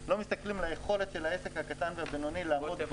ולא מסתכלים על היכולת של העסק הקטן והבינוני לעמוד מול אותו חוק.